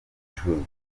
gucuruza